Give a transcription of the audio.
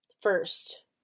first